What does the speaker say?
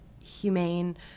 humane